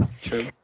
True